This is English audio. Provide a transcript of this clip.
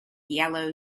yellow